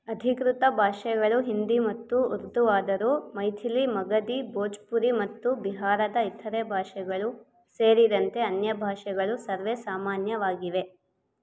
ಅಧಿಕೃತ ಭಾಷೆಗಳು ಹಿಂದಿ ಮತ್ತು ಉರ್ದುವಾದರೂ ಮೈಥಿಲಿ ಮಗಧಿ ಭೋಜ್ಪುರಿ ಮತ್ತು ಬಿಹಾರದ ಇತರೆ ಭಾಷೆಗಳು ಸೇರಿದಂತೆ ಅನ್ಯ ಭಾಷೆಗಳು ಸರ್ವೇಸಾಮಾನ್ಯವಾಗಿವೆ